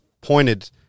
pointed